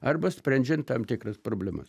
arba sprendžiant tam tikras problemas